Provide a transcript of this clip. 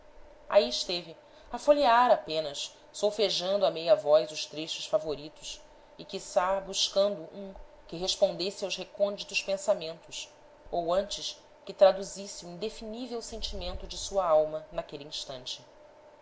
aí esteve a folhear apenas solfejando à meia voz os trechos favoritos e quiçá buscando um que respondesse aos recônditos pensamentos ou antes que traduzisse o indefinível sentimento de sua alma naquele instante